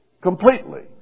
completely